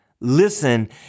Listen